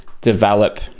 develop